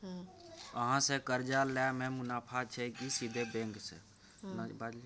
अहाँ से कर्जा लय में मुनाफा छै की सीधे बैंक से?